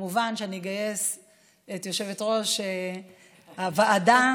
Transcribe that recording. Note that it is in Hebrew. כמובן שנגייס את יושבת-ראש הוועדה,